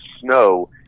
snow